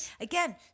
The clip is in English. Again